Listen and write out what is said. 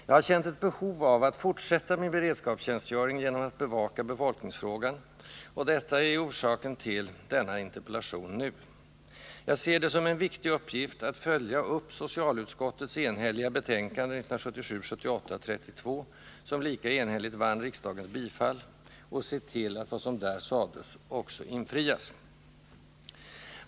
Jag har känt ett behov av att fortsätta min beredskapstjänstgöring genom att bevaka befolkningsfrågan, och detta är orsaken till denna interpellation nu. Jag ser det som en viktig uppgift att följa upp socialutskottets enhälliga betänkande 1977/78:32, som lika enhälligt vann riksdagens bifall, och se till att vad som där sades också infrias.